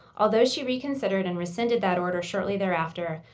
although she reconsidered and rescinded that order shortly thereafter,